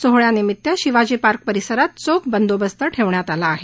सोहळ्यानिमित्त शिवाजी पार्क परिसरात चोख बंदोबस्त ठेवण्यात आला होता